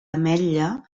ametlla